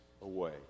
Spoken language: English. away